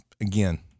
again